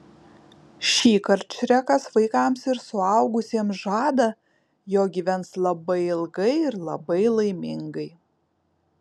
šįkart šrekas vaikams ir suaugusiems žada jog gyvens labai ilgai ir labai laimingai